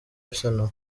arsenal